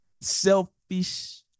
Selfish